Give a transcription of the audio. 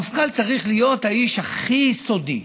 המפכ"ל צריך להיות האיש הכי סודי,